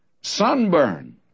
Sunburn